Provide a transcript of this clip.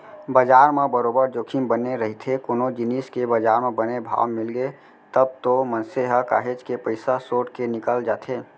बजार म बरोबर जोखिम बने रहिथे कोनो जिनिस के बजार म बने भाव मिलगे तब तो मनसे ह काहेच के पइसा सोट के निकल जाथे